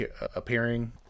appearing